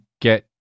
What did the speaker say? get